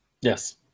Yes